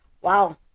Wow